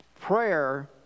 Prayer